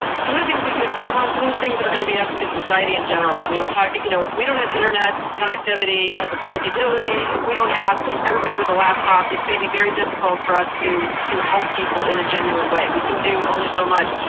some of the things we can improve on, some of the things are going to be up to society in general. i mean, we're talking, you know if we don't have internet connectivity as a public utility, if we don't have everybody with a laptop, it's going to be very difficult for us to to help people in a genuine way. we can do only so much.